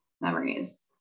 memories